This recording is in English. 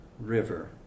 River